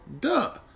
Duh